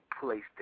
placed